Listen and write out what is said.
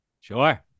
Sure